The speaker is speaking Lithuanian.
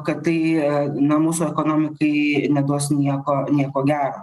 kad tai na mūsų ekonomikai neduos nieko nieko gero